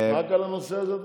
רק על הנושא הזה?